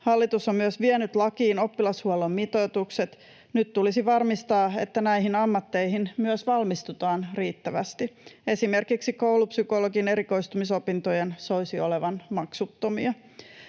Hallitus on myös vienyt lakiin oppilashuollon mitoitukset. Nyt tulisi varmistaa, että näihin ammatteihin myös valmistutaan riittävästi. Esimerkiksi koulupsykologin erikoistumisopintojen soisi olevan maksuttomia.